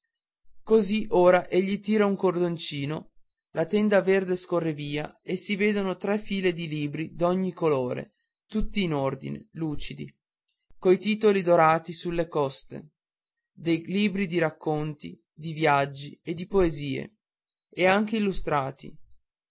così ora egli tira un cordoncino la tenda verde scorre via e si vedono tre file di libri d'ogni colore tutti in ordine lucidi coi titoli dorati sulle coste dei libri di racconti di viaggi e di poesie e anche